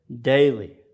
daily